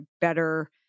better